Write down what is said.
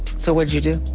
so what did you do?